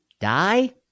Die